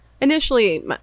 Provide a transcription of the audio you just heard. Initially